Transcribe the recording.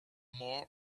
more